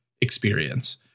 experience